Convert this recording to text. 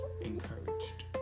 Encouraged